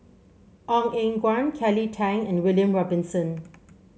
Ong Eng Guan Kelly Tang and William Robinson